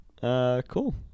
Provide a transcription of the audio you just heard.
Cool